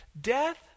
death